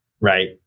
right